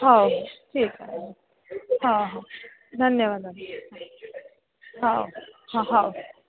हो ठीक आहे हा हा धन्यवाद मग हो हा हो